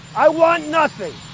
i want nothing.